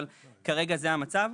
אבל כרגע זה המצב.